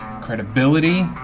credibility